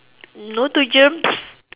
no to germs